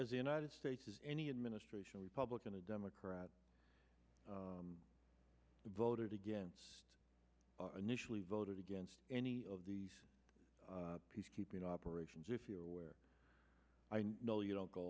as the united states has any administration republican a democrat voted against initially voted against any of the peacekeeping operation if you are where i know you don't go